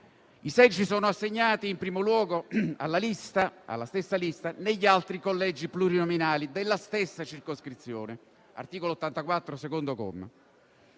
I seggi sono assegnati in primo luogo alla stessa lista negli altri collegi plurinominali della stessa circoscrizione (articolo 84, secondo comma);